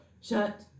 Shut